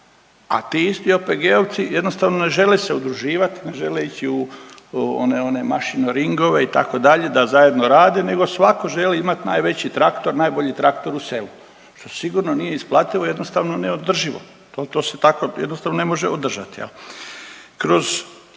a ti isti OPG-ovci jednostavno ne žele se udruživati, ne žele ići u one mašino ringove itd. da zajedno rade, nego svatko želi imati najveći traktor, najbolji traktor u selu što sigurno nije isplativo, jednostavno neodrživo. To se tako jednostavno ne može održati. Kroz